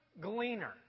gleaner